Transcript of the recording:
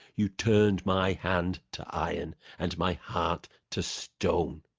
you turned my hand to iron, and my heart to stone